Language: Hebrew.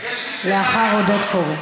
לאחר עודד פורר.